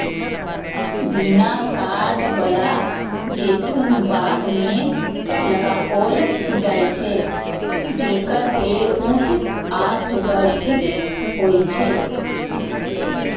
बिना कांट बला जैतून बाग मे लगाओल जाइ छै, जेकर पेड़ ऊंच आ सुगठित होइ छै